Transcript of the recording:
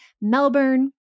Melbourne